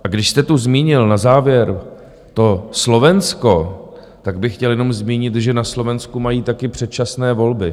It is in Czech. A když jste tu zmínil na závěr to Slovensko, tak bych chtěl jenom zmínit, že na Slovensku mají taky předčasné volby.